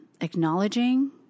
acknowledging